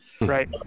Right